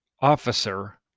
officer